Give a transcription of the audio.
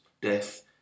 death